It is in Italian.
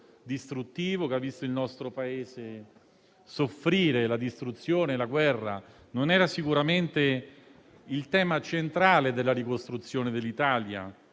distruttivo, che ha visto il nostro Paese soffrire, la guerra. Non era sicuramente tema centrale della ricostruzione dell'Italia